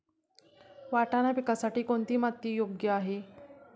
वाटाणा पिकासाठी कोणती माती योग्य आहे?